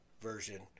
version